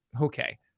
okay